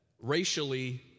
racially